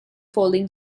following